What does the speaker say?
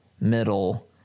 Middle